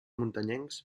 muntanyencs